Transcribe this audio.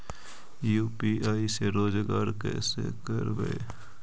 UPI से रोजगार कैसे करबय?